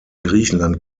griechenland